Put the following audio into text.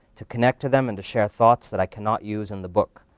to connect to them and to share thoughts that i cannot use in the book.